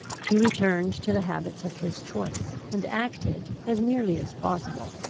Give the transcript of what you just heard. he returned to the habits of his choice, and acted, as nearly as possible,